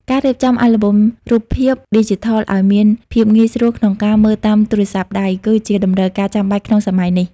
ការរៀបចំអាល់ប៊ុមរូបភាពឌីជីថលឱ្យមានភាពងាយស្រួលក្នុងការមើលតាមទូរស័ព្ទដៃ គឺជាតម្រូវការចាំបាច់ក្នុងសម័យនេះ។